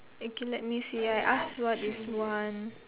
okay can let me see ah I asked what is one